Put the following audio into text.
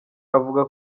avuga